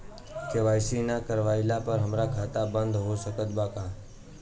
KYC ना करवाइला पर हमार खाता बंद हो सकत बा का?